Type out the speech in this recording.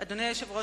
אדוני היושב-ראש,